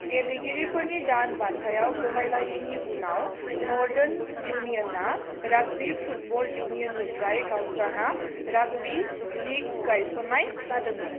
गेलेगिरिफोरनि दान बान्थायाव गनायलायैनि उनाव नर्दान युनिय'ना राग्बी फुटबल युनिय'ननिफ्राय गावस्राना राग्बी लिग गायस'ननाय जादोंमोन